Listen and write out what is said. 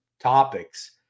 topics